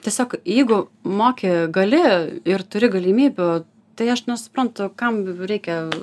tiesiog jeigu moki gali ir turi galimybių tai aš nesuprantu kam reikia